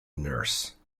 nurse